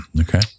Okay